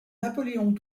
napoléon